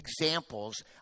examples